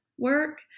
work